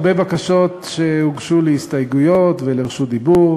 יש הרבה בקשות שהוגשו להסתייגויות ולרשות דיבור.